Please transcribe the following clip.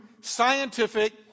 scientific